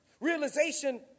realization